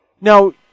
Now